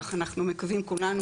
כך אנחנו מקווים כולנו,